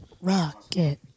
Rocket